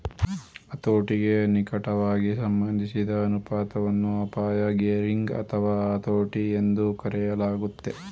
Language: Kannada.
ಹತೋಟಿಗೆ ನಿಕಟವಾಗಿ ಸಂಬಂಧಿಸಿದ ಅನುಪಾತವನ್ನ ಅಪಾಯ ಗೇರಿಂಗ್ ಅಥವಾ ಹತೋಟಿ ಎಂದೂ ಕರೆಯಲಾಗುತ್ತೆ